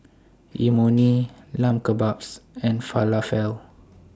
Imoni Lamb Kebabs and Falafel